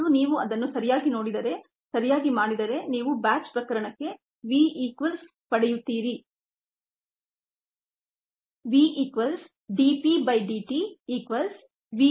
ಮತ್ತು ನೀವು ಅದನ್ನು ಸರಿಯಾಗಿ ಮಾಡಿದರೆ ನೀವು ಬ್ಯಾಚ್ ಪ್ರಕರಣಕ್ಕೆ V ಈಕ್ವಾಲ್ಸ್ ಪಡೆಯುತ್ತೀರಿ